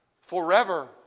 forever